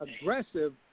aggressive